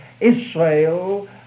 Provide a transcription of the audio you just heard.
Israel